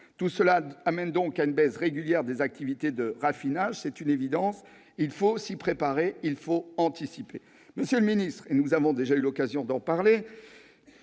Tout cela conduit à une baisse régulière des activités de raffinage, c'est une évidence- il faut s'y préparer, il faut anticiper. Monsieur le secrétaire d'État, nous avons déjà eu l'occasion d'en parler